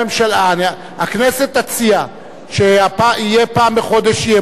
הכנסת תציע שיהיה פעם בחודש אי-אמון.